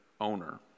owner